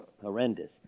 horrendous